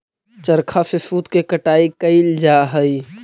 चरखा से सूत के कटाई कैइल जा हलई